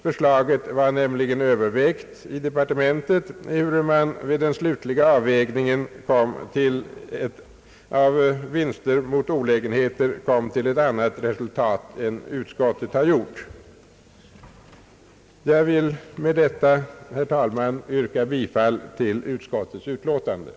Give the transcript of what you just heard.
Förslaget var nämligen övervägt i departementet, ehuru man vid den slutliga avvägningen när det gäller vinster och olägenheter kom till ett annat resultat än utskottet har gjort. Jag vill med detta, herr talman, yrka bifall till utskottets hemställan.